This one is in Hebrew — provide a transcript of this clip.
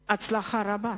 לה הצלחה רבה.